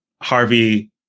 Harvey